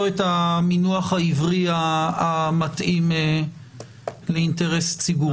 את המינוח העברי המתאים לאינטרס ציבורי.